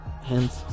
Hence